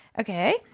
Okay